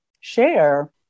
share